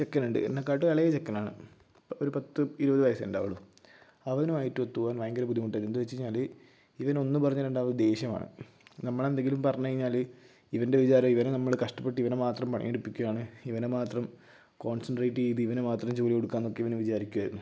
ചെക്കനുണ്ട് എന്നേക്കാട്ടിലും ഇളയ ചെക്കനാണ് ഒരു പത്ത് ഇരുപത് വയസ്സേ ഉണ്ടാവുകയുള്ളൂ അവനുമായിട്ട് ഒത്തുപോകാൻ ഭയങ്കര ബുദ്ധിമുട്ടായിരുന്നു എന്താണെന്ന് വെച്ച് കഴിഞ്ഞാൽ ഇവൻ ഒന്ന് പറഞ്ഞാൽ രണ്ടാമത്തേത് ദേഷ്യമാണ് നമ്മൾ എന്തെങ്കിലും പറഞ്ഞു കഴിഞ്ഞാൽ ഇവന്റെ വിചാരം ഇവനെ നമ്മൾ കഷ്ടപ്പെട്ട് ഇവനെ മാത്രം പണിയെടുപ്പിക്കുകയാണ് ഇവനെ മാത്രം കോൺസെൻട്രേറ്റ് ചെയ്ത് ഇവനു മാത്രം ജോലി കൊടുക്കുക എന്ന് ഒക്കെ ഇവന് വിചാരിക്കുമായിരുന്നു